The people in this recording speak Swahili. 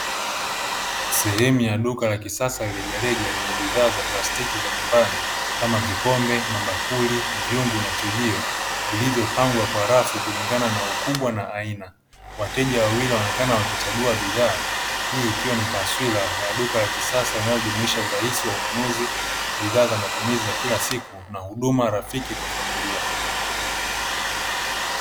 Sehemu ya duka la kisasa rejareja lenye bidhaa za plastiki nyumbani kama; vikombe, mabakuli, vyungu na chujio vilivyopangwa kwa rafu kulingana na ukubwa na aina. Wateja wawili wanaonekana wakichagua bidhaa hii ikiwa ni taswira ya duka la kisasa linalojumuisha urahisi wa ununuzi bidhaa za matumizi za kila siku na huduma rafiki kwa familia.